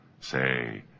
Say